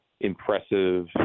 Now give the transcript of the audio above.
impressive